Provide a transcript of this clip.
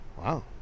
Wow